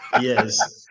yes